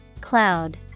Cloud